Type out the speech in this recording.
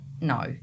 no